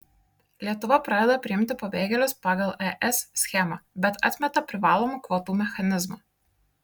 lietuva pradeda priimti pabėgėlius pagal es schemą bet atmeta privalomų kvotų mechanizmą